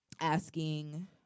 asking